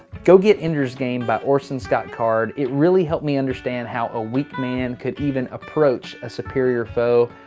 go get ender's game by orson scott card. it really helped me understand how a weak man could even approach a superior foe.